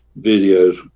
videos